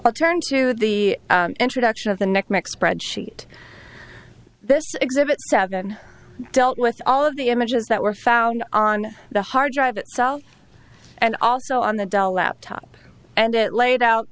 i'll turn to the introduction of the next spread sheet this exhibit seven dealt with all of the images that were found on the hard drive itself and also on the dell laptop and it laid out